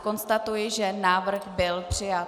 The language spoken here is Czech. Konstatuji, že návrh byl přijat.